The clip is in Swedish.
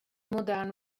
modern